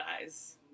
eyes